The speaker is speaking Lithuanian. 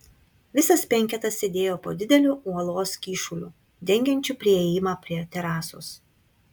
visas penketas sėdėjo po dideliu uolos kyšuliu dengiančiu priėjimą prie terasos